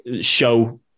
show